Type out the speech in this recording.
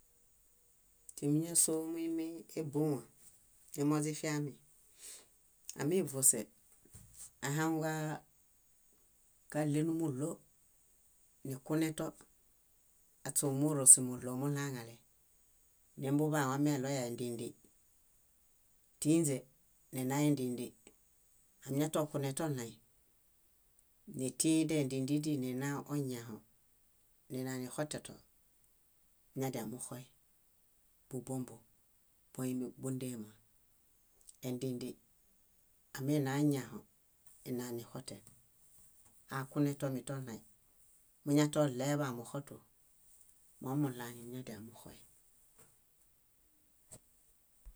. Timi ñásoo muimi ébõwa, nimoźifiami, ámivose, ahaŋu kaa- káɭenumuɭuo, nikunẽto, aśe ómurosimuɭuo muɭaŋale. Nimbuḃaan wameɭoyae endindi, tíinźe, nina endindi. Añatokunẽtoɭaĩ, nitiĩ dendindi díi ninaoñaho ninanixotẽto, muñadianumuxoy. Búbombom bóimibundema, endindi, aminaoñaho ninanixoten, akunetomitoɭaĩ, muñatoeɭeḃamoxotu, momuɭaŋi ñadiamuxoy.